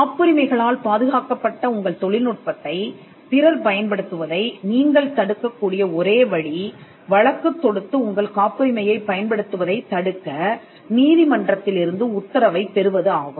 காப்புரிமைகளால் பாதுகாக்கப்பட்ட உங்கள் தொழில் நுட்பத்தைப் பிறர் பயன்படுத்துவதை நீங்கள் தடுக்கக் கூடிய ஒரே வழி வழக்குத் தொடுத்து உங்கள் காப்புரிமையைப் பயன்படுத்துவதைத் தடுக்க நீதிமன்றத்திலிருந்து உத்தரவைப் பெறுவது ஆகும்